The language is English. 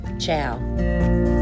Ciao